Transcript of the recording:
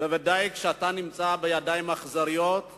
בוודאי כשאתה נמצא בידיים אכזריות בעזה.